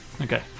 Okay